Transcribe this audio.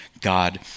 God